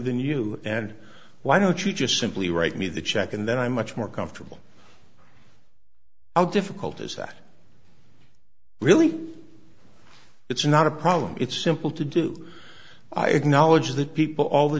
than you and why don't you just simply write me the check and then i'm much more comfortable how difficult is that really it's not a problem it's simple to do i acknowledge that people all the